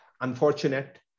Unfortunate